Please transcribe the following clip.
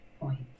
points